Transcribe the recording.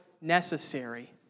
necessary